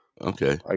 okay